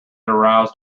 aroused